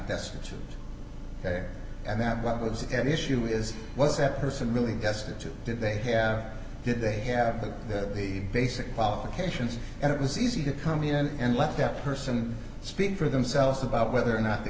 destitute and that was an issue is was that person really destitute did they have did they have the basic qualifications and it was easy to come in and left up person speak for themselves about whether or not they